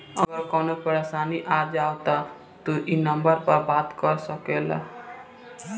अगर कवनो परेशानी आ जाव त तू ई नम्बर पर बात कर सकेल